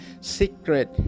Secret